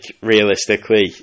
realistically